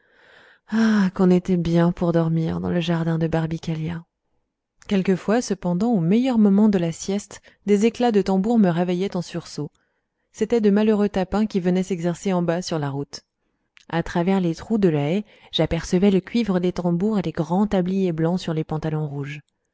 ah qu'on était bien pour dormir dans le jardin de barbicaglia quelquefois cependant au meilleur moment de la sieste des éclats de tambour me réveillaient en sursaut c'étaient de malheureux tapins qui venaient s'exercer en bas sur la route à travers les trous de la haie j'apercevais le cuivre des tambours et les grands tabliers blancs sur les pantalons rouges